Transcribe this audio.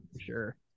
sure